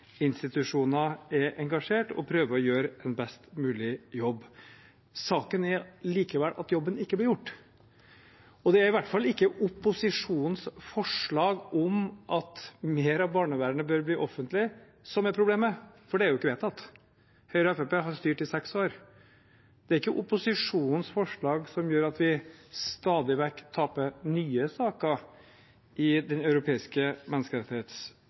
barnevernsinstitusjoner er engasjert og prøver å gjøre en best mulig jobb. Saken er likevel at jobben ikke blir gjort. Det er i hvert fall ikke opposisjonens forslag om at mer av barnevernet bør bli offentlig, som er problemet, for det er jo ikke vedtatt. Høyre og Fremskrittspartiet har styrt i seks år. Det er ikke opposisjonens forslag som gjør at vi stadig vekk taper nye saker i Den europeiske